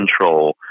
control